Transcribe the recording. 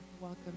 welcome